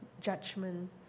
judgment